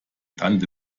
tante